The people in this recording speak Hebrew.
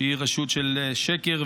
שהיא רשות של שקר,